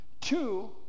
Two